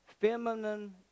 feminine